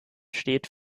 steht